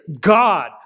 God